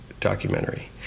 documentary